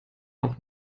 auch